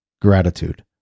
gratitude